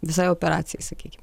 visai operacijai sakykim